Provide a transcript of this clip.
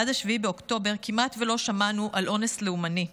עד 7 באוקטובר כמעט שלא שמענו על אונס לאומני.